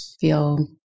feel